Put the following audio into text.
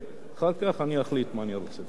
ואחר כך אני אחליט מה אני רוצה,